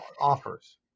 offers